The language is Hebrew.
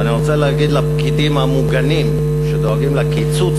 ואני רוצה להגיד לפקידים המוגנים שדואגים לקיצוץ